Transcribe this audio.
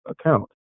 account